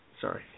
Sorry